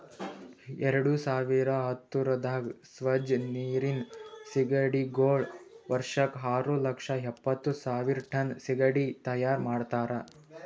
ಎರಡು ಸಾವಿರ ಹತ್ತುರದಾಗ್ ಸ್ವಚ್ ನೀರಿನ್ ಸೀಗಡಿಗೊಳ್ ವರ್ಷಕ್ ಆರು ಲಕ್ಷ ಎಪ್ಪತ್ತು ಸಾವಿರ್ ಟನ್ ಸೀಗಡಿ ತೈಯಾರ್ ಮಾಡ್ತಾರ